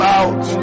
out